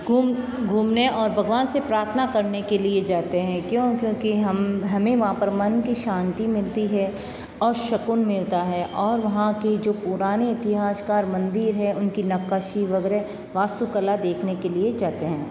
घूम घूमने और भगवान से प्रार्थना करने के लिए जाते हैं क्यों क्योंकि हम हमें वहाँ पर मन की शांति मिलती है और सुकून मिलता है और वहाँ के जो पुराने इतिहासकार मंदिर है उनकी नक्काशी वगैरह वास्तुकला देखने के लिए जाते हैं